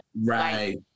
Right